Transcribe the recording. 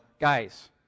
guys